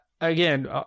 again